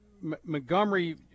Montgomery